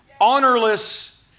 honorless